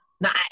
Nice